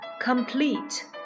complete